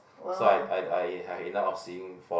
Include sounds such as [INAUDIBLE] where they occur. so I I I [NOISE] have enough of seeing for